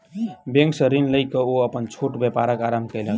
bank सॅ ऋण लय के ओ अपन छोट व्यापारक आरम्भ कयलैन